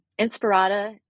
Inspirata